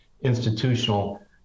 institutional